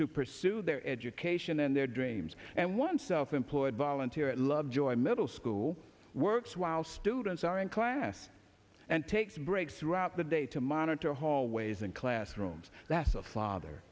to pursue their education and their dreams and one self employed volunteer at lovejoy middle school works while students are in class and take breaks throughout the day to monitor hall always in classrooms that's a father